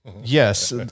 yes